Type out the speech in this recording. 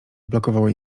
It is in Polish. blokowały